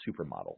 supermodel